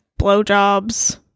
blowjobs